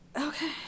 Okay